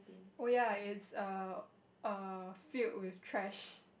oh ya it's err err filled with trash